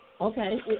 Okay